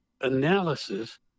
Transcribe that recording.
analysis